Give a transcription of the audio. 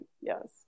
Yes